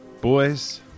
Boys